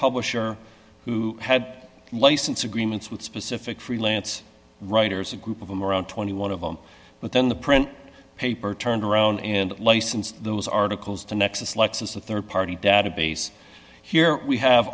publisher who had license agreements with specific freelance writers a group of them around twenty one dollars of them but then the print paper turned around and licensed those articles to nexus lexus a rd party database here we have